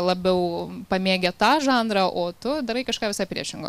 labiau pamėgę tą žanrą o tu darai kažką visai priešingo